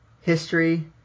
history